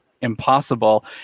impossible